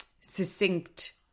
Succinct